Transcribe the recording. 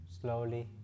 slowly